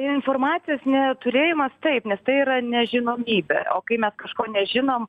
informacijos neturėjimas taip nes tai yra nežinomybė o kai mes kažko nežinom